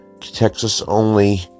Texas-only